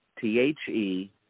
T-H-E